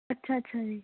ਅੱਛਾ ਅੱਛਾ ਜੀ